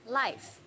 life